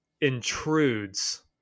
intrudes